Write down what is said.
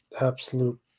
absolute